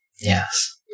Yes